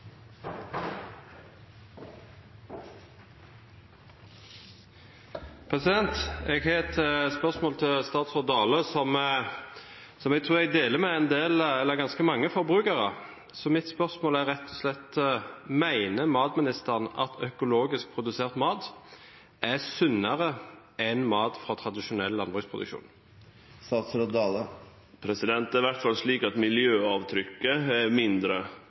Jeg har et spørsmål til statsråd Dale som jeg tror jeg deler med ganske mange forbrukere. Mitt spørsmål er rett og slett: Mener matministeren at økologisk produsert mat er sunnere enn mat fra tradisjonell landbruksproduksjon? Det er i alle fall slik at miljøavtrykket er mindre